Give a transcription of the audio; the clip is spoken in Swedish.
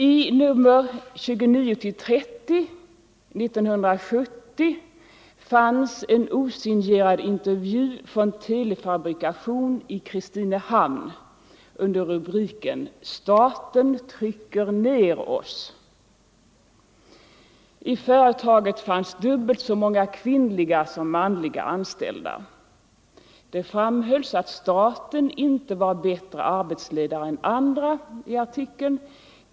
I nr 29-30 år 1970 fanns en osignerad intervju från Telefabrikation i Kristinehamn under rubriken: ”Staten trycker ner oss.” I företaget fanns dubbelt så många kvinnliga som manliga anställda. Det framhölls att staten inte var bättre arbetsgivare än andra.